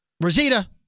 Rosita